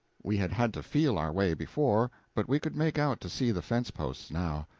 we had had to feel our way before, but we could make out to see the fence posts now.